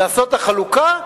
לעשות את החלוקה,